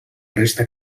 resta